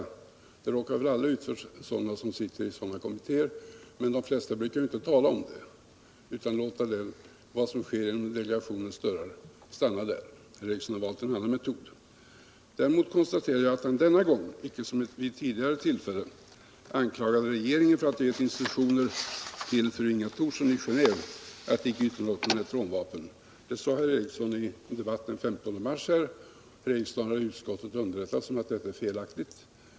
Sådant råkar väl alla ut för som sitter i kommittéer av detta slag, men de flesta brukar inte tala om det utan låta vad som sker inom delegationens dörrar stanna där. Herr Ericson har valt en annan metod. Däremot konstaterar jag att han denna gång icke som vid tidigare tillfällen anklagade regeringen för att ha givit instruktioner till Inga Thorsson i Geneve alt icke uttala sig om neutronvapen. Det sade herr Ericson i en debatt den 15 mars. Herr Ericson har i utskottet underrättats om att deta är felaktigt.